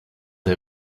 are